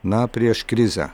na prieš krizę